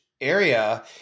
area